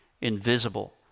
invisible